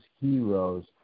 heroes